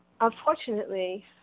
unfortunately